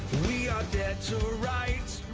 we are dead to rights